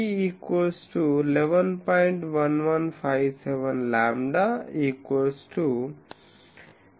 1157లాంబ్డా 30